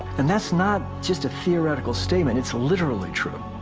and that's not just a theoretical statement it's literally true.